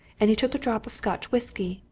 and he took a drop of scotch whisky.